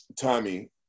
Tommy